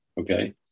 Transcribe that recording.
Okay